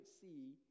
see